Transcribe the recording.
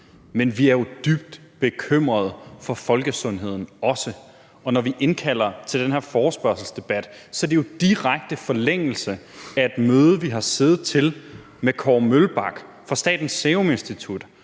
Men vi er jo dybt bekymrede for folkesundheden også, og når vi indkalder til den her forespørgselsdebat, er det jo i direkte forlængelse af et møde, vi har siddet til, med Kåre Mølbak fra Statens Serum Institut,